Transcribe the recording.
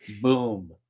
boom